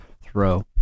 Throw